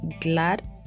glad